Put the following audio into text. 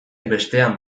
bestean